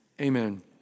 amen